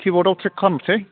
किबर्दआव थ्रेक खालामसै